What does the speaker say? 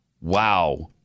Wow